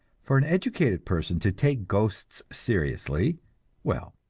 for an educated person to take ghosts seriously well,